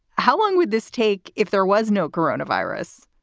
how long would this take if there was no coronavirus?